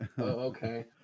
okay